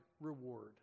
reward